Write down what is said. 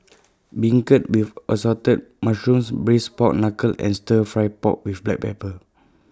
Beancurd with Assorted Mushrooms Braised Pork Knuckle and Stir Fry Pork with Black Pepper